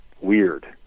weird